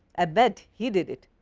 i bet, he did it.